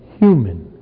human